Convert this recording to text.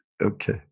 okay